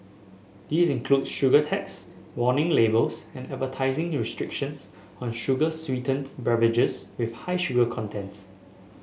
these include sugar tax warning labels and advertising restrictions on sugar sweetened beverages with high sugar contents